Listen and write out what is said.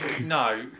No